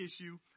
issue